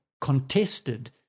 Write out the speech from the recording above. contested